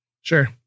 Sure